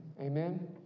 Amen